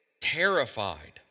terrified